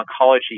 oncology